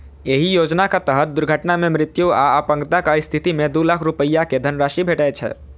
एहि योजनाक तहत दुर्घटना मे मृत्यु आ अपंगताक स्थिति मे दू लाख रुपैया के धनराशि भेटै छै